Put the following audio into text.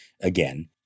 again